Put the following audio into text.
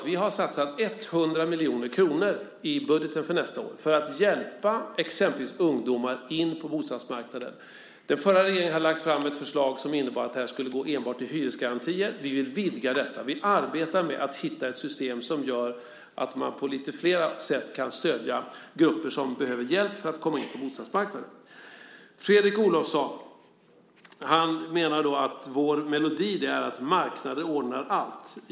Vi har satsat 100 miljoner kronor i budgeten för nästa år för att hjälpa exempelvis ungdomar in på bostadsmarknaden. Den förra regeringen hade lagt fram ett förslag som innebar att det här beloppet skulle gå enbart till hyresgarantier. Vi vill vidga detta. Vi arbetar med att hitta ett system som gör att man på lite flera sätt kan stödja grupper som behöver hjälp för att komma in på bostadsmarknaden. Fredrik Olovsson menar att vår melodi är att marknaden ordnar allt.